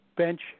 bench